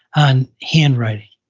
on handwriting.